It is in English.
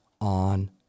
on